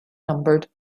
numbered